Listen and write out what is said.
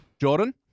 Jordan